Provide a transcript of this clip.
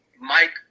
Mike